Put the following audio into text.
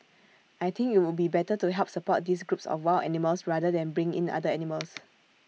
I think IT would be better to help support these groups of wild animals rather than bring in other animals